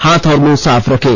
हाथ और मुंह साफ रखें